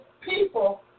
people